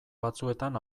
batzuetan